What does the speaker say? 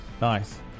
Nice